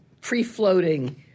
pre-floating